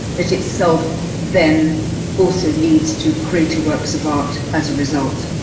that itself then also leads to greater works of art as a result,